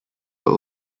were